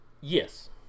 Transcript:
Yes